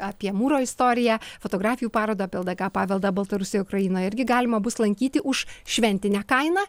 apie mūro istoriją fotografijų parodą apie ldk paveldą baltarusijoj ukrainoj irgi galima bus lankyti už šventinę kainą